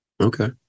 Okay